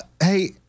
Hey